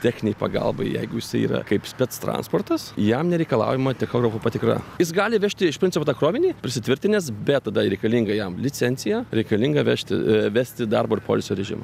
techninei pagalbai jeigu jisai yra kaip spec transportas jam nereikalaujama tachografo patikra jis gali vežti iš principo tą krovinį prisitvirtinęs bet tada reikalinga jam licencija reikalinga vežti vesti darbo ir poilsio rėžimo